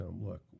look